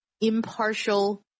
impartial